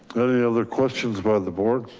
any other questions about the boards?